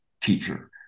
teacher